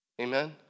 Amen